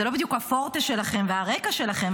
זה לא בדיוק הפורטה שלכם והרקע שלכם,